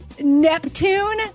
Neptune